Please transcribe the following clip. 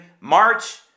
March